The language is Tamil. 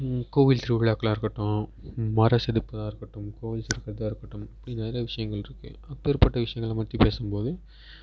கோவில் திருவிழாக்களாக இருக்கட்டும் மரம் செதுக்கிறதா இருக்கட்டும் கோவில் செதுக்கிறதா இருக்கட்டும் இப்படி நிறைய விஷயங்கள் இருக்குது அப்பேற்பட்ட விஷயங்கள பற்றி பேசும்போது